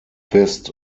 west